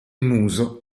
muso